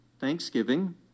thanksgiving